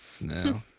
no